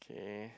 okay